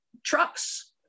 Trucks